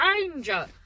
Danger